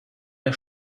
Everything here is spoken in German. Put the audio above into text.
der